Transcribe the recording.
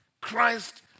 Christ